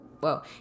whoa